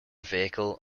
vehicle